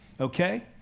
okay